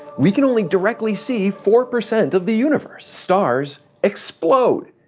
we can only directly see four percent of the universe. stars explode,